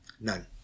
None